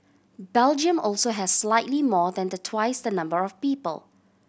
Belgium also has slightly more than the twice the number of people